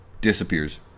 Disappears